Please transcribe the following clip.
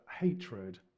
hatred